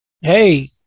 Hey